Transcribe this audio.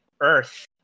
earth